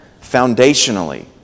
foundationally